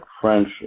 French